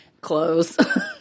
Clothes